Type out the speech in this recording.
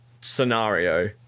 scenario